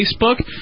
Facebook